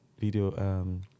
video